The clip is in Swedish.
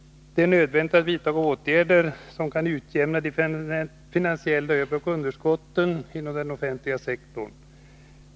Det är nödvändigt att vidta åtgärder som kan utjämna de finansiella överoch underskotten inom den offentliga sektorn.